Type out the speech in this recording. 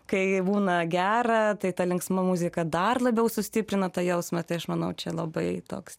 kai būna gera tai ta linksma muzika dar labiau sustiprina tą jausmą tai aš manau čia labai toks